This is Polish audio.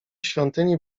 świątyni